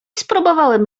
spróbowałem